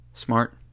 Smart